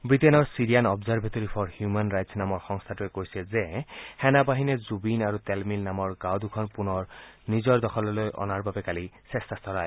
ৱিটেইনৰ Syrian observatory for human rights নামৰ সংস্থাটোৱে কৈছে যে সেনাবাহিনীয়ে জুবিন আৰু তেল মিল নামৰ গাঁও দুখন পুনৰ নিজৰ দখললৈ অনাৰ বাবে কালি চেষ্টা চলায়